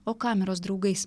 o kameros draugais